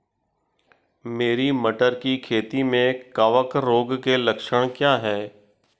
मेरी मटर की खेती में कवक रोग के लक्षण क्या हैं?